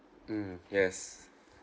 mm yes